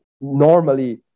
normally